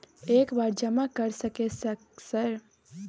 एक बार जमा कर सके सक सर?